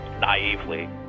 naively